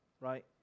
right